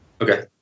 Okay